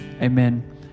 amen